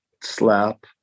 slap